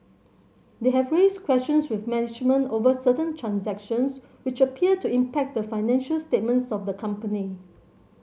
they have raised questions with management over certain transactions which appear to impact the financial statements of the company